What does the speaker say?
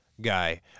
guy